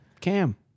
Cam